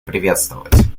приветствовать